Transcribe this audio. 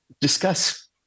discuss